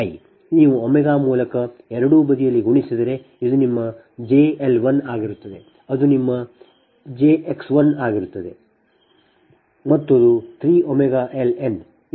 ನೀವು ಒಮೆಗಾ ಮೂಲಕ ಎರಡೂ ಬದಿಯಲ್ಲಿ ಗುಣಿಸಿದರೆ ಇದು ನಿಮ್ಮ jL 1 ಆಗಿರುತ್ತದೆ ಅದು ನಿಮ್ಮ jX 1 ಆಗಿರುತ್ತದೆ ಮತ್ತು ಅದು 3ωL n 3 X n ನೊಂದಿಗೆ ಇರುತ್ತದೆ